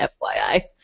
FYI